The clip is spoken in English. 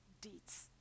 deeds